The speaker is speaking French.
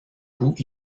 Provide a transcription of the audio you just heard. coup